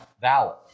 valid